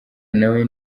nawe